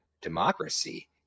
democracy